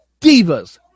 Divas